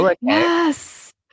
yes